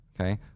Okay